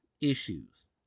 issues